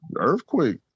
earthquake